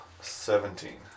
seventeen